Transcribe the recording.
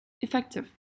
effective